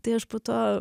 tai aš po to